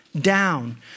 down